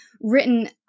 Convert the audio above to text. written